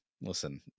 listen